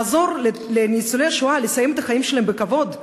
לעזור לניצולי השואה לסיים את החיים שלהם בכבוד,